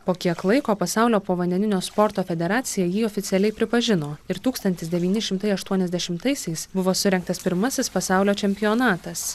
po kiek laiko pasaulio povandeninio sporto federacija jį oficialiai pripažino ir tūkstantis devyni šimtai aštuoniasdešimtaisiais buvo surengtas pirmasis pasaulio čempionatas